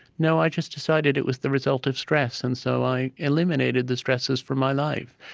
no, i just decided it was the result of stress, and so i eliminated the stresses from my life.